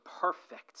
perfect